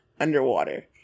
underwater